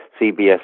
CBS